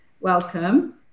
Welcome